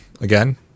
again